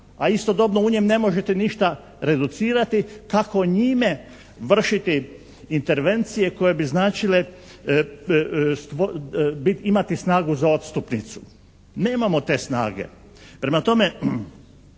a istodobno u njem ne možete ništa reducirati, kako njime vršiti intervencije koje bi značile imati snagu za odstupnicu? Nemamo te snage. Prema tome,